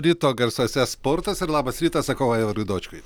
ryto garsuose sportas ir labas rytas sakau aivarui dočkui